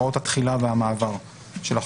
התחילה והמעבר של החוק.